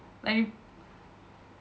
like